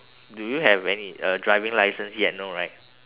do you have any uh driving license yet no right